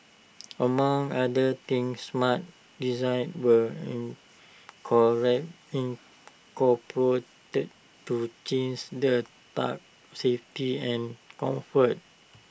among other things smart designs were incorporated to the tug's safety and comfort